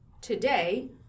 today